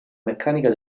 meccanica